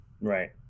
Right